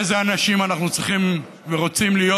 איזה אנשים אנחנו צריכים ורוצים להיות,